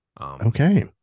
okay